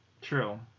True